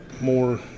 more